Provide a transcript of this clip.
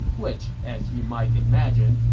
which, as you might imagine,